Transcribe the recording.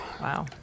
wow